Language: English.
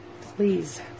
Please